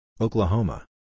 Oklahoma